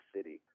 City